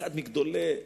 אחד מגדולי הציונים,